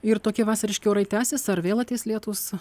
ir tokie vasariški orai tęsis ar vėl ateis lietūs